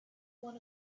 one